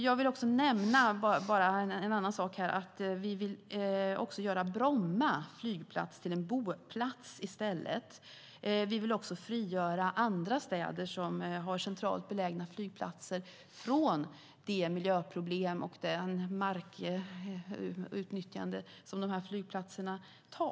Jag vill även nämna att vi vill göra om Bromma flygplats till en boplats. Vi vill också frigöra andra städer som har centralt belägna flygplatser från de miljöproblem och det markutnyttjande som dessa flygplatser ger upphov till.